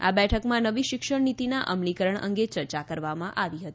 આ બેઠકમાં નવી શિક્ષણનીતિના અમલીકરણ અંગે ચર્ચા કરવામાં આવી હતી